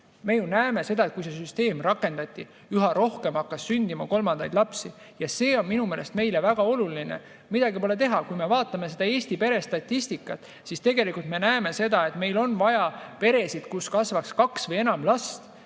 oleme näinud seda, et kui see süsteem rakendati, hakkas rohkem sündima kolmandaid lapsi. Ja see on minu meelest meile väga oluline. Midagi pole teha, kui me vaatame Eesti perestatistikat, siis tegelikult me näeme seda, et meil on [juurde] vaja peresid, kus kasvab kaks või enam last.